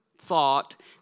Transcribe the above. thought